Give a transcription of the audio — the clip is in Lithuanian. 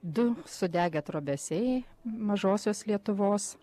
du sudegę trobesiai mažosios lietuvos